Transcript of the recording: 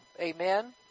Amen